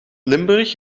limburg